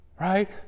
Right